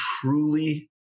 truly